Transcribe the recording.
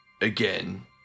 again